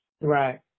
Right